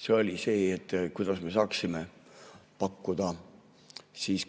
See on see, kuidas me saaksime pakkuda